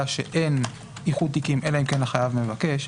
שאין איחוד תיקים אלא אם כן החייב מבקש,